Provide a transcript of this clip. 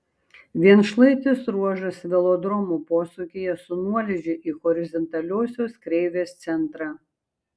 vienšlaitis ruožas velodromo posūkyje su nuolydžiu į horizontaliosios kreivės centrą